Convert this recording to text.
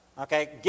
Okay